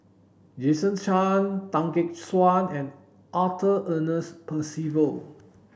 Jason Chan Tan Gek Suan and Arthur Ernest Percival